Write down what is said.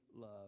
love